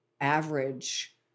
average